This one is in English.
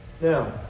Now